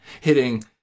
hitting